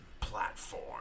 platform